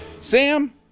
Sam